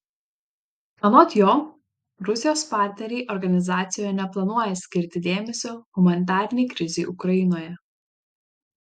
anot jo rusijos partneriai organizacijoje neplanuoja skirti dėmesio humanitarinei krizei ukrainoje